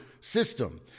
system